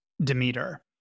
Demeter